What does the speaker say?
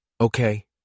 Okay